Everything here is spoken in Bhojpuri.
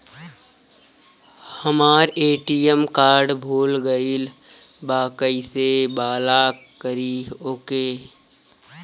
हमार ए.टी.एम कार्ड भूला गईल बा कईसे ब्लॉक करी ओके?